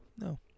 No